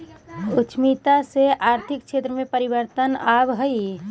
उद्यमिता से आर्थिक क्षेत्र में परिवर्तन आवऽ हई